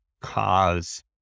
cause